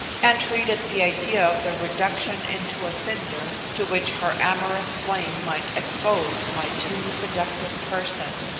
and treated the idea of the reduction into a cinder to which her amorous flame might expose my too seductive person,